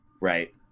right